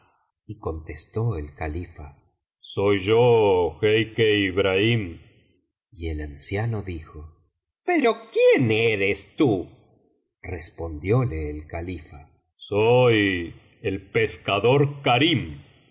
y contestó el califa soy yo jeique ibrahim y el anciano dijo pero quién eres tú respondióle el califa soy el pescador karim